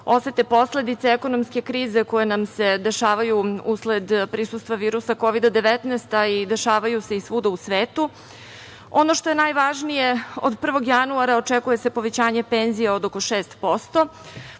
osete posledice ekonomske krize koje nam se dešavaju usled prisustva virusa Kovid-19, a i dešavaju se svuda u svetu. Ono što je najvažnije, od 1. januara očekuje se povećanje penzije od oko 6%,